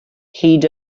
hyd